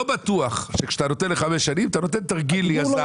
לא בטוח שכשאתה נותן לחמש שנים אתה נותן תרגיל יזם.